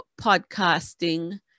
podcasting